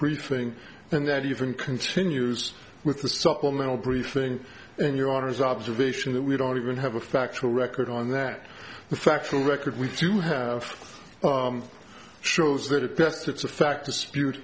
briefing and that even continues with the supplemental briefing and your honor is observation that we don't even have a factual record on that the factual record we do have shows that at best it's a fact dispute